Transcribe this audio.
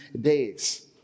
days